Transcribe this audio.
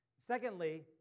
Secondly